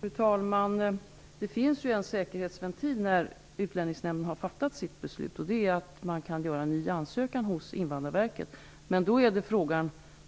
Fru talman! Det finns en säkerhetsventil när Utlänningsnämnden har fattat sitt beslut, nämligen att lämna in en ny ansökan till Invandrarverket. Men då